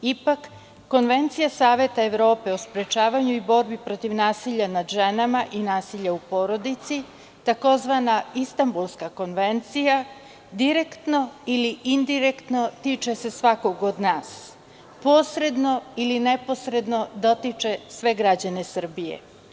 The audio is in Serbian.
Ipak, Konvencija Saveta Evrope sprečavanju i borbi protiv nasilja nad ženama i nasilja u porodici, tzv. Istambulska konvencija, direktno ili indirektno tiče se svakog od nas, posredno ili neposredno dotiče sve građane Srbije.